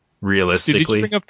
Realistically